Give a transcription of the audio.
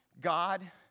God